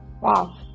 Wow